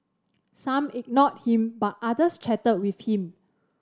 some ignored him but others chatted with him